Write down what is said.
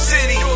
City